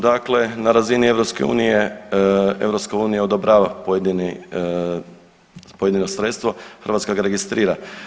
Dakle, na razini EU-a, EU odobrava pojedino sredstvo, Hrvatska ga registrira.